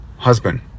husband